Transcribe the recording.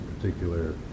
particular